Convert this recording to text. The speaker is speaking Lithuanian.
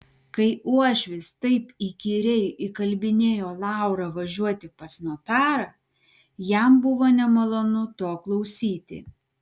kai uošvis taip įkyriai įkalbinėjo laurą važiuoti pas notarą jam buvo nemalonu to klausyti